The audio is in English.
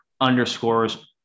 underscores